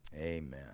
Amen